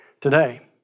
today